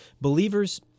Believers